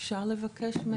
אפשר לבקש את זה?